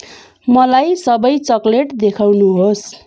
मलाई सबै चकलेट देखाउनुहोस्